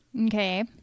Okay